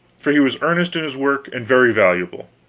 for he was earnest in his work, and very valuable.